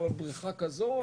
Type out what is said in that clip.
או על בריכה כזו,